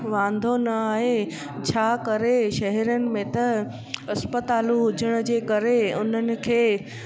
वांदो न आहे छा करे शहरनि में त अस्पतालूं हुजण जे करे उन्हनि खे